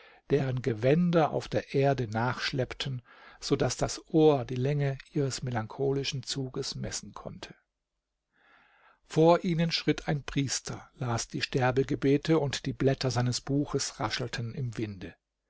deren gewänder auf der erde nachschleppten sodaß das ohr die länge ihres melancholischen zuges messen konnte vor ihnen schritt ein priester las die sterbegebete und die blätter seines buches raschelten im winde